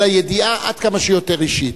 אלא ידיעה עד כמה שיותר אישית.